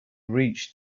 reached